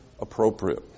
appropriate